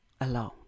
alone